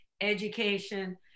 education